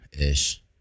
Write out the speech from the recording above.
ish